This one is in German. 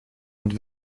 und